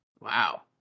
Wow